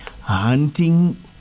hunting